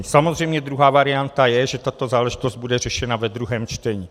Samozřejmě druhá varianta je, že tato záležitost bude řešena ve druhém čtení.